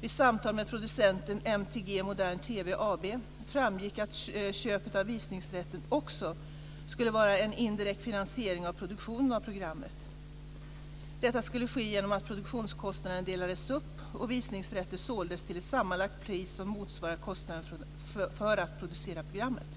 Vid samtal med producenten MTG Modern TV AB framgick att köpet av visningsrätten också skulle vara en indirekt finansiering av produktionen av programmet. Detta skulle ske genom att produktionskostnaden delades upp och visningsrätter såldes till ett sammanlagt pris som motsvarar kostnaden för att producera programmet.